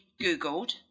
Googled